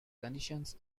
conditions